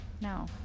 no